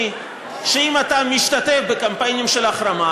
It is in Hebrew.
שאם אתה משתתף בקמפיינים של החרמה,